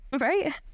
right